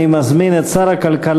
אני מזמין את שר הכלכלה,